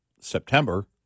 September